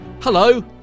Hello